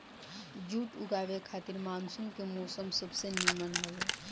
जुट उगावे खातिर मानसून के मौसम सबसे निमन हवे